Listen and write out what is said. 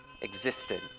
existed